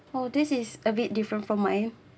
oh this is a bit different from my